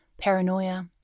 paranoia